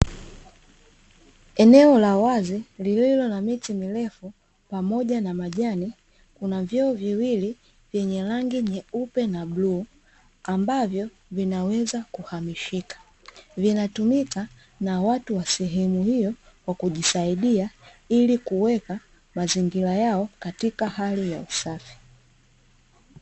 Eneo la wazi lililo na miti mirefu pamoja na majani kuna vyoo viwili vyenye rangi nyeupe na bluu ambavyo vinaweza kuhamishika. Vinatumika na watu wa sehemu hiyo kwa kujisaidia ili kuweka mazingira yao katika hali ya usafi.